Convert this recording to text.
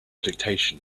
dictation